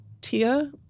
Tia